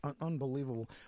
unbelievable